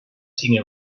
cinc